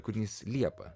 kūrinys liepa